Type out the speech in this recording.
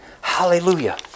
Hallelujah